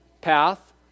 path